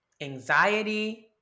anxiety